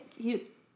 cute